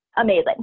amazing